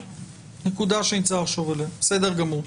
נקודה שנצטרך לחשוב עליה, בסדר גמור.